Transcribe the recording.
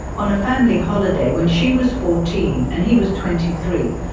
on a family holiday when she was fourteen and he was twenty three,